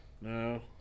No